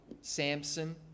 Samson